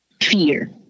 fear